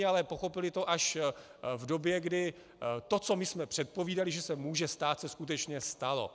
Ale pochopili to až v době kdy to, co my jsme předpovídali, že se může stát, se skutečně stalo.